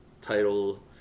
title